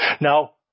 Now